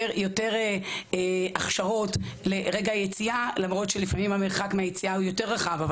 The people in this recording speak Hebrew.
יותר הכשרות לרגע היציאה למרות שלפעמים המרחק מהיציאה הוא יותר רחב,